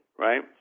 right